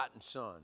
son